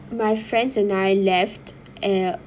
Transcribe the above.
my friends and I left uh